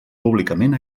públicament